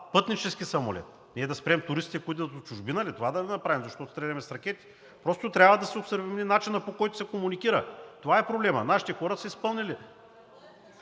пътнически самолет. Да спрем туристите, които идват от чужбина ли? Това ли да направим, защото стреляме с ракети? Просто трябва да се осъвремени начинът, по който се комуникира – това е проблемът. Нашите хора са изпълнили.